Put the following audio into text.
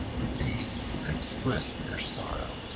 the beasts expressed their sorrow,